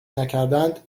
نکردند